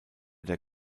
der